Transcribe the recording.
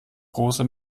große